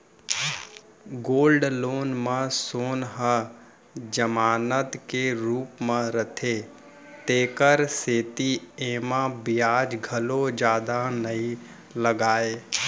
gold loan म सोन ह जमानत के रूप म रथे तेकर सेती एमा बियाज घलौ जादा नइ लागय